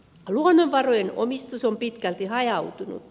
luonnonvarojen omistus on pitkälti hajautunutta